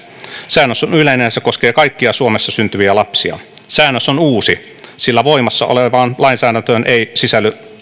säännös on yleinen ja se koskee kaikkia suomessa syntyviä lapsia säännös on uusi sillä voimassa olevaan lainsäädäntöön ei sisälly